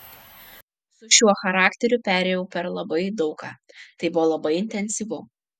su šiuo charakteriu perėjau per labai daug ką tai buvo labai intensyvu